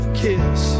kiss